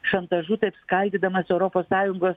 šantažu taip skaldydamas europos sąjungos